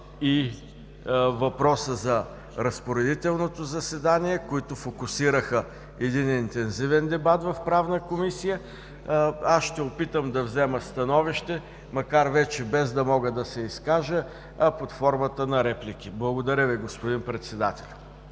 и въпроса за разпоредителното заседание, които фокусираха един интензивен дебат в Правна комисия, аз ще опитам да взема становище, макар вече да няма да мога да се изкажа, а под формата на реплики. Благодаря Ви, господин Председател.